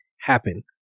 happen